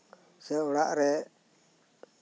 ᱥᱮ ᱚᱲᱟᱜ ᱨᱮ